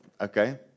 okay